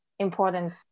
Important